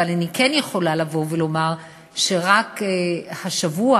אבל אני כן יכולה לבוא ולומר שרק השבוע